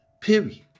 Period